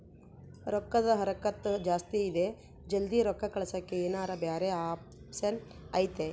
ರೊಕ್ಕದ ಹರಕತ್ತ ಜಾಸ್ತಿ ಇದೆ ಜಲ್ದಿ ರೊಕ್ಕ ಕಳಸಕ್ಕೆ ಏನಾರ ಬ್ಯಾರೆ ಆಪ್ಷನ್ ಐತಿ?